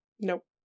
Nope